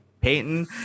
Payton